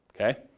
okay